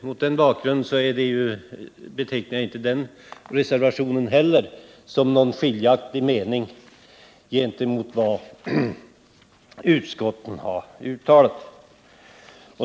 Mot den bakgrunden kan jag inte heller beteckna reservationen som uttryck för någon skiljaktig mening i förhållande till vad utskottet har uttalat.